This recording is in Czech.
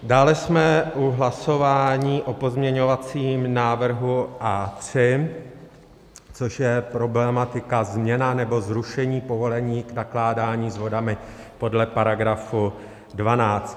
Dále jsme u hlasování o pozměňovacím návrhu A3, což je problematika změna nebo zrušení povolení k nakládání s vodami podle § 12.